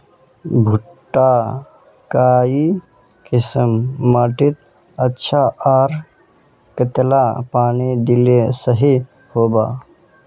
भुट्टा काई किसम माटित अच्छा, आर कतेला पानी दिले सही होवा?